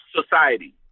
society